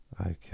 Okay